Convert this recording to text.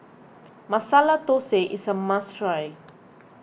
Masala Thosai is a must try